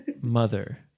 mother